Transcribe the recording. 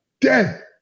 dead